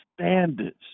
standards